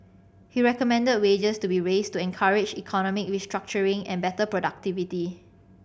he recommended wages be raised to encourage economic restructuring and better productivity